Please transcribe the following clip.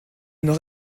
nord